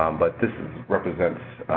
um but this represents,